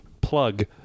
plug